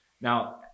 Now